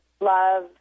love